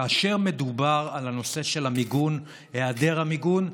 כאשר מדובר על נושא המיגון, היעדר המיגון,